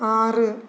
ആറ്